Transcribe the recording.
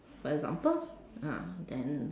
for example ah then